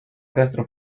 castro